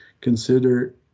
consider